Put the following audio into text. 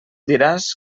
diràs